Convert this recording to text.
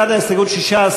בעד ההסתייגות,